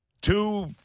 two